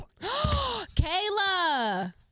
Kayla